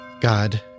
God